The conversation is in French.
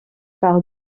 par